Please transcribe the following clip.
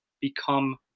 become